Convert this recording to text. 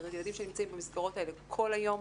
זה ילדים שנמצאות במסגרות האלה כל היום,